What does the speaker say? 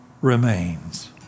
remains